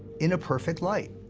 in a perfect light.